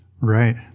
Right